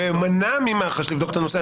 -- ומנע ממח"ש לבדוק את הנושא,